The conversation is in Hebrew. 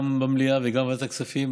גם במליאה וגם בוועדת הכספים,